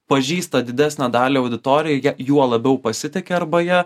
pažįsta didesnę dalį auditorijoj juo labiau pasitiki arba ja